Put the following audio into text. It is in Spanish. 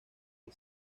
que